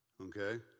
Okay